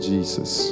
Jesus